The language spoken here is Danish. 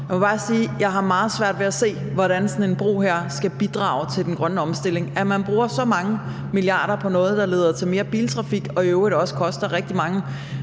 jeg har meget svært ved at se, hvordan sådan en bro skal bidrage til den grønne omstilling, når man bruger så mange milliarder på noget, der leder til mere biltrafik, og som i øvrigt også koster rigtig mange